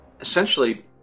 essentially